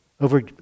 over